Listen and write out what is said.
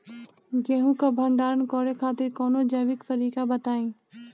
गेहूँ क भंडारण करे खातिर कवनो जैविक तरीका बताईं?